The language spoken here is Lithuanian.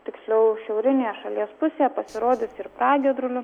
tiksliau šiaurinėje šalies pusėje pasirodys ir pragiedrulių